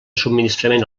subministrament